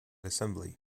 assembly